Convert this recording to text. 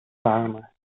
bahamas